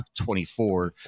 24